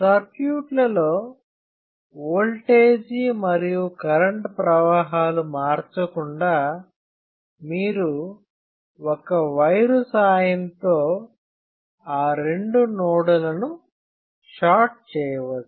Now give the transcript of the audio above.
సర్క్యూట్లలో వోల్టేజీ మరియు కరెంటు ప్రవాహాలు మార్చకుండా మీరు ఒక వైరు సాయంతో ఆ రెండు నోడ్ లను షార్ట్ చేయవచ్చు